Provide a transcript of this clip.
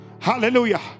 Hallelujah